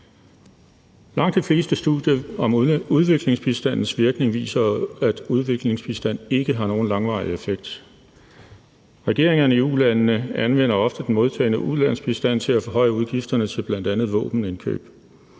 Langt de fleste studier om udviklingsbistandens virkning viser, at udviklingsbistand ikke har nogen langvarig effekt. Regeringerne i ulandene anvender ofte den modtagne ulandsbistand til at forhøje udgifterne til bl.a. våbenindkøb.